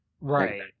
right